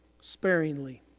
sparingly